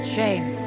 Shame